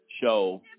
show